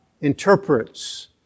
interprets